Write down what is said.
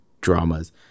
dramas